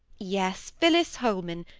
yes phillis holman.